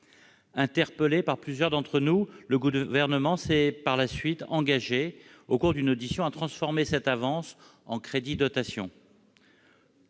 Interpellé par plusieurs d'entre nous, le Gouvernement s'est par la suite engagé, au cours d'une audition, à transformer cette avance en crédits ou dotations.